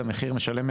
את המחיר משלמים,